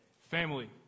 Family